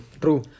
True